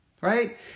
right